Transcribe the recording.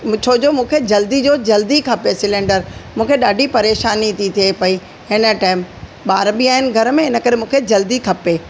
छोजो मूंखे जल्दी जो जल्दी खपे सिलेंडर मूंखे ॾाढी परेशानी थी थिए पई हिन टेम ॿार बि आहिनि घर में इन करे मूंखे जल्दी खपे